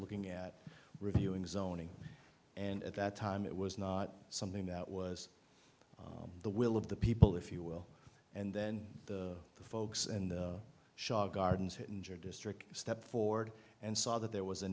looking at reviewing zoning and at that time it was not something that was the will of the people if you will and then the folks and shot gardens hinge or district stepped forward and saw that there was a